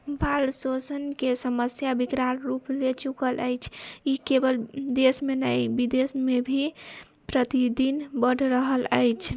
बाल शोषणके समस्या विकराल रूप ले चुकल अछि ई केवल देशमे नहि विदेशमे भी प्रतिदिन बढ़ रहल अछि